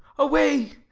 away